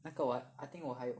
那个我 I think 我还有